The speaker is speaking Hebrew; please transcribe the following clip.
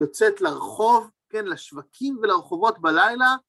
יוצאת לרחוב, כן, לשווקים ולרחובות בלילה.